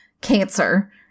cancer